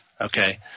okay